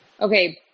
Okay